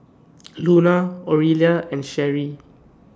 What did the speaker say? Luna Orilla and Sherrie